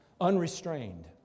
unrestrained